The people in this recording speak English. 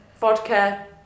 vodka